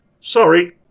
Sorry